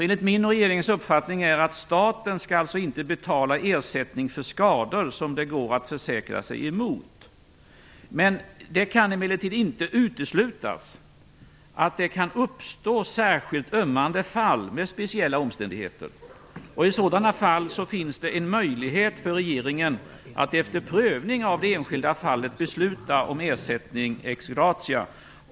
Enligt min och regeringens uppfattning skall staten alltså inte betala ersättning för skador som det går att försäkra sig mot. Det kan emellertid inte uteslutas att det kan uppstå särskilt ömmande fall med speciella omständigheter, och i sådana fall finns det en möjlighet för regeringen att efter prövning av det enskilda fallet besluta om ersättning ex gratia.